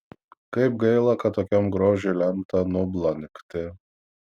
kaip gaila kad tokiam grožiui lemta nublankti